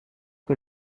que